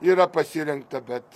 yra pasirengta bet